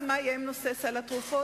מי מוסמך?